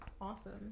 awesome